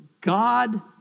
God